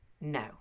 No